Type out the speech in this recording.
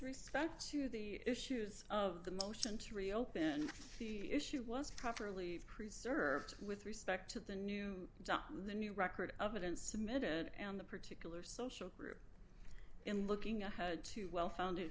respect to the issues of the motion to reopen the issue was properly preserved with respect to the new the new record of it and submitted and the particular social group and looking ahead to well founded